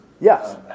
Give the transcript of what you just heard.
Yes